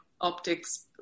optics